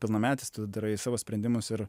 pilnametis tu darai savo sprendimus ir